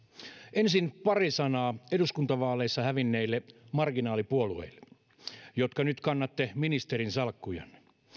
ensin pari sanaa eduskuntavaaleissa hävinneille marginaalipuolueille jotka nyt kannatte ministerinsalkkuja